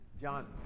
John